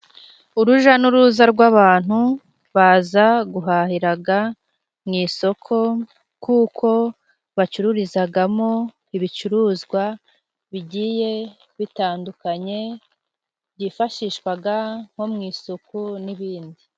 Uruja n'uruza rw'abantu baza guhahiraga mu isoko kuko bacururizagamo ibicuruzwa bigiye bitandukanye byifashishwaga nko mu isuku n'ibindi.